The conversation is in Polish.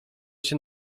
się